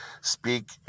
speak